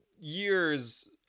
years